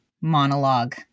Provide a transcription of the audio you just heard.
monologue